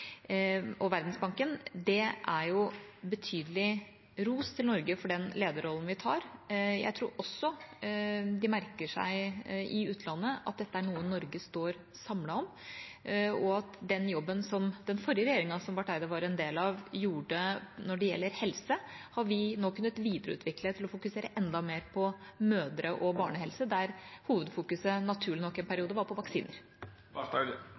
og Verdensbanken – er betydelig ros til Norge for den lederrollen vi tar. Jeg tror også de merker seg i utlandet at dette er noe Norge står samlet om, og at den jobben som den forrige regjeringa, som Barth Eide var en del av, gjorde når det gjelder helse, har vi nå kunnet videreutvikle til å fokusere enda mer på mødre- og barnehelse, der hovedfokus naturlig nok en periode var på